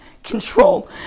control